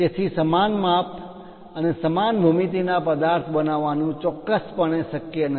તેથી સમાન માપ અને સમાન ભૂમિતિના પદાર્થ બનાવવાનું ચોક્કસપણે શક્ય નથી